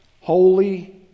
Holy